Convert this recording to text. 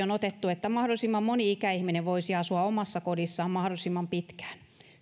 on otettu että mahdollisimman moni ikäihminen voisi asua omassa kodissaan mahdollisimman pitkään